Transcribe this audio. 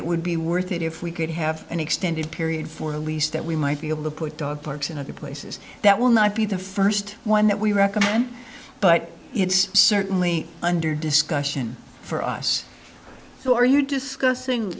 it would be worth it if we could have an extended period for the lease that we might be able to dog parks and other places that will not be the first one that we recommend but it's certainly under discussion for us so are you discussing